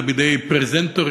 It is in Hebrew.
אלא בידי פרזנטורים,